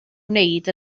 wneud